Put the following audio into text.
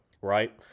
right